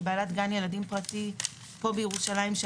כבעלת גן ילדים פרטי כאן בירושלים.